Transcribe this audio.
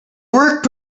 work